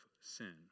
sin